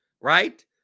Right